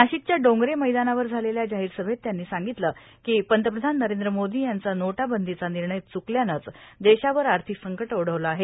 नाशिकच्या डोंगरे मैदानावर झालेल्या जाहीर सभेत त्यांनी सांगितलं की पंतप्रधान नरेंद्र मोदी यांचा नोटा बंदीचा निर्णय च्कल्यानेच देशावर आर्थिक संकट ओढवले आहे